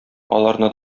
аларны